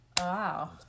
Wow